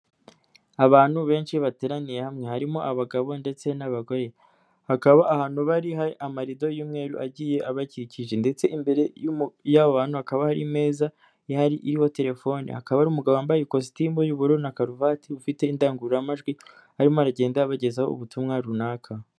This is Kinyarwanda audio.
Abantu benshi bateraniye hamwe harimo abagabo ndetse n'abagore bakaba ahantu bari hari amarido y'umweru agiye abakikije ndetse imbere y'aba bantu hakaba hari meza ihari iriho telefone, hakaba hari umugabo wambaye ikositimu y'ubururu na karuvati ufite indangururamajwi arimo aragenda abagezaho ubutumwa runaka.